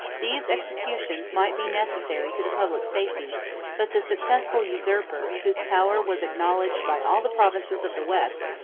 these executions might be necessary to the public safety but the successful usurper, whose power was acknowledged by all the provinces of the west,